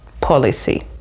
policy